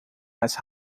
mais